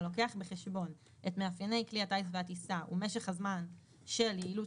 הלוקח בחשבון את מאפייני כלי הטיס והטיסה ומשך הזמן של יעילות